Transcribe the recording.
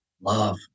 love